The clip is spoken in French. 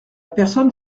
personne